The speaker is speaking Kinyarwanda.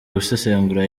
gusesengura